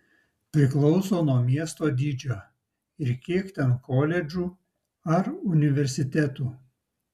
priklauso nuo miesto dydžio ir kiek ten koledžų ar universitetų